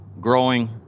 growing